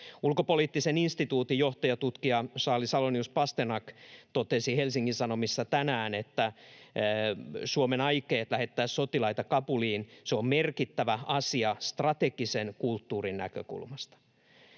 Ulkopoliittisen instituutin johtaja, tutkija Charly Salonius-Pasternak totesi Helsingin Sanomissa tänään, että Suomen aikeet lähettää sotilaita Kabuliin on merkittävä asia strategisen kulttuurin näkökulmasta.